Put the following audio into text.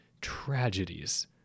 tragedies